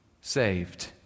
saved